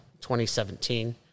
2017